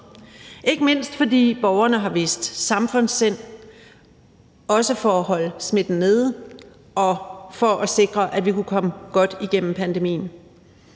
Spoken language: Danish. ikke mindst fordi borgerne har vist samfundssind, også i forhold til at holde smitten nede og sikre, at vi kunne komme godt igennem pandemien.